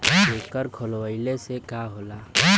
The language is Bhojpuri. एकर खोलवाइले से का होला?